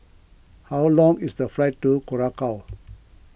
how long is the flight to Curacao